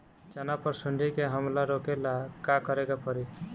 चना पर सुंडी के हमला रोके ला का करे के परी?